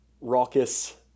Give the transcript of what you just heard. raucous